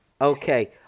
Okay